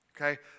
Okay